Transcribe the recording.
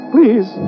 Please